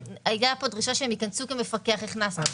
הייתה כאן דרישה שהם ייכנסו כמפקח והכנסנו אותם.